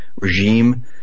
regime